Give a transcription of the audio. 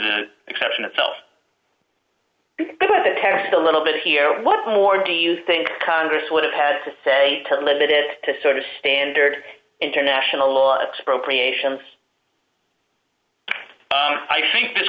the exception itself to test a little bit here what more do you think congress would have had to say to limit it to sort of standard international law it's appropriations i think this